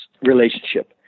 relationship